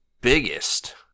biggest